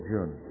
June